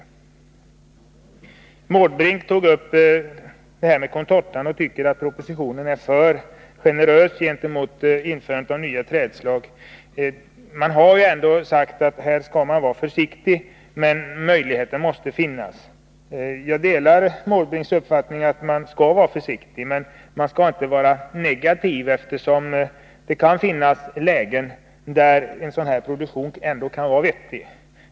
Bertil Måbrink tog upp frågan om contortatallen och tyckte att propositionen är för generös när det gäller införandet av nya trädslag. Man har ju ändå sagt att man här skall vara försiktig, men att möjligheten måste finnas. Jag delar Bertil Måbrinks uppfattning att man skall vara försiktig. Men man skall inte vara negativ, eftersom det kan finnas lägen där en sådan produktion som det här gäller ändå kan vara vettig.